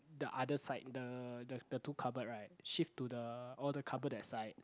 the other side the the the two cupboard right shift to the all the cupboard that side